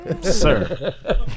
Sir